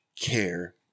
care